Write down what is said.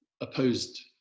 opposed